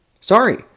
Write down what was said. Sorry